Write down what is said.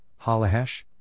Halahesh